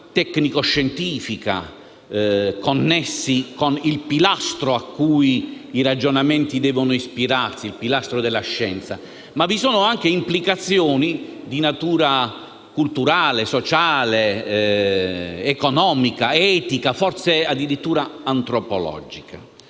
tecnicoscientifica, connessi con il pilastro a cui i ragionamenti devono ispirarsi, ossia quello della scienza; ma vi sono anche altre implicazioni, di natura culturale, sociale, economica, etica, forse addirittura antropologica.